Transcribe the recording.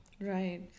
Right